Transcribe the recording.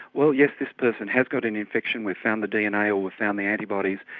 well, yes this person has got an infection, we've found the dna or we've found the antibodies,